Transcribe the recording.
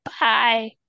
Bye